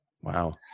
Wow